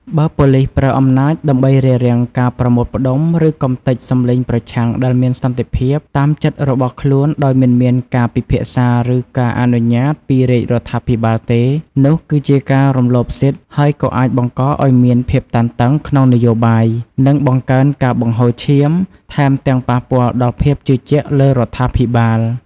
បើប៉ូលីសប្រើអំណាចដើម្បីរារាំងការប្រមូលផ្តុំ ឬកម្ទេចសម្លេងប្រឆាំងដែលមានសន្តិភាព តាមចិត្តរបស់ខ្លួនដោយមិនមានការពិភាក្សាឬការអនុញ្ញាតពីរាជរដ្ឋាភិបាលទេ នោះគឺជាការរំលោភសិទ្ធិ ហើយក៏អាចបង្កឱ្យមានភាពតានតឹងក្នុងនយោបាយ និងបង្កើនការបង្ហូរឈាម ថែមទាំងប៉ះពាល់ដល់ភាពជឿជាក់លើរដ្ឋាភិបាល។